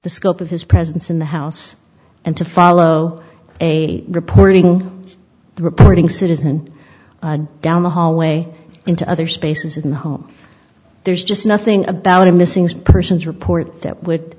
the scope of his presence in the house and to follow a reporting the reporting citizen down the hallway into other spaces in the home there's just nothing about a missing person's report that would